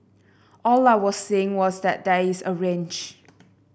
all I was saying was that there is a range